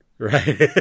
right